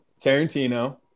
Tarantino